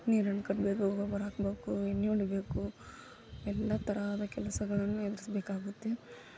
ನೀರನ್ನು ಕಟ್ಟಬೇಕು ಗೊಬ್ಬರ ಹಾಕಬೇಕು ಎಣ್ಣೆ ಹೊಡಿಬೇಕು ಎಲ್ಲ ಥರದ ಕೆಲಸಗಳನ್ನು ಎದುರಿಸ್ಬೇಕಾಗುತ್ತೆ